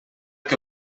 que